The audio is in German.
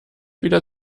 wieder